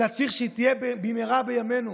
אלא צריך שהיא תהיה במהרה בימינו.